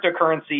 cryptocurrency